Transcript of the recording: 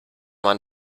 man